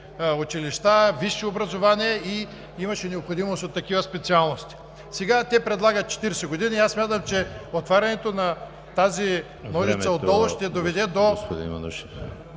училища, висше образование и имаше необходимост от такива специалности. Сега те предлагат 40 години и аз смятам, че отварянето на тази ножица отдолу ще доведе до…